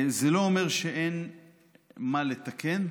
זה לא אומר שאין מה לתקן.